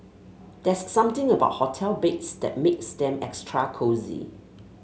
there's something about hotel beds that makes them extra cosy